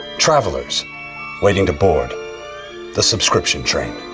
travelers waiting to board the subscription train.